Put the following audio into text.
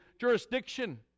jurisdiction